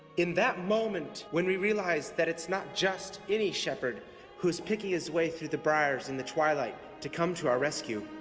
in that moment, when we realize that it's not just any shepherd who is picking his way through the briars in the twilight to come to our rescue,